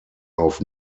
auf